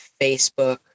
Facebook